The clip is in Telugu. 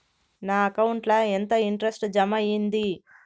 నా అకౌంట్ ల ఎంత ఇంట్రెస్ట్ జమ అయ్యింది?